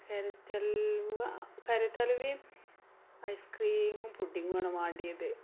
carrot halwa carrot അൽവേം ഐസ്ക്രീമും പുഡിങ്ങുമാണ് മാണ്ടിയത്